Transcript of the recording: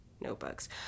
notebooks